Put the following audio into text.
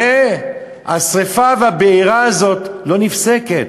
והשרפה והבעירה הזאת לא נפסקת,